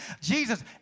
Jesus